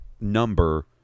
number